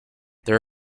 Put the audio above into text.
there